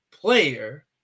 Player